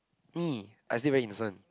me I still very innocent